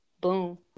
Boom